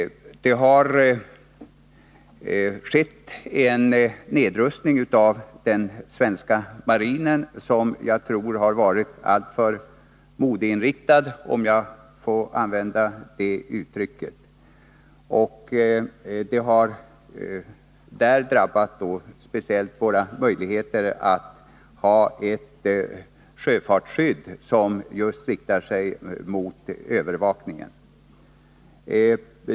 Det har skett en nedrustning av den svenska marinen, som jag tror har varit alltför ”modeinriktad”, om jag får använda det uttrycket. Det har drabbat ill speciellt våra möjligheter att ha ett sjöfartsskydd som just riktar sig mot övervakningen.